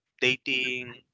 dating